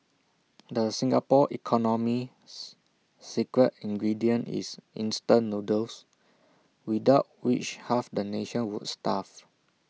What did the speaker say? the Singapore economy's secret ingredient is instant noodles without which half the nation would starve